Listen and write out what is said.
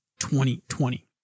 2020